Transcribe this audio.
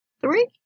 three